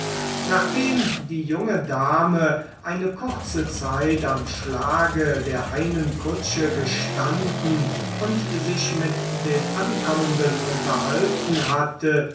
nachdem die junge dame eine kurze zeit am schlage der einen kutsche gestanden und sich mit den ankommenden unterhalten hatte